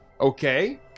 Okay